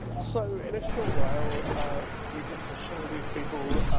so in a short while ah we get to show these people